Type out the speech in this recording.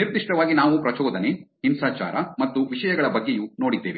ನಿರ್ದಿಷ್ಟವಾಗಿ ನಾವು ಪ್ರಚೋದನೆ ಹಿಂಸಾಚಾರ ಮತ್ತು ವಿಷಯಗಳ ಬಗ್ಗೆಯೂ ನೋಡಿದ್ದೇವೆ